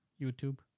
YouTube